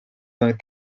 saben